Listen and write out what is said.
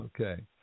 Okay